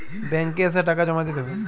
Bank এ এসে টাকা জমা দিতে হবে?